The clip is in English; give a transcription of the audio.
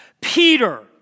Peter